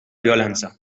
vjolenza